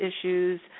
issues